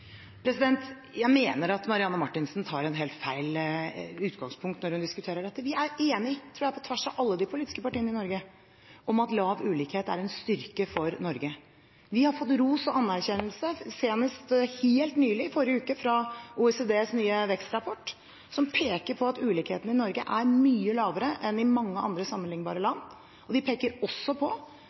Jeg mener at Marianne Marthinsen tar et helt feil utgangspunkt når vi diskuterer dette. Vi er enige, tror jeg, på tvers av alle de politiske partiene i Norge, om at lav ulikhet er en styrke for Norge. Vi har fått ros og anerkjennelse, senest helt nylig, i forrige uke, i OECDs nye vekstrapport, hvor man peker på at ulikhetene i Norge er mye lavere enn i mange andre, sammenlignbare land. De peker også på